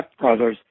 stepbrothers